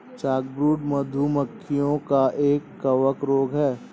chalkbrood, मधु मक्खियों का एक कवक रोग है